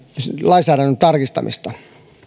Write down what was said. lainsäädännön tarkistamista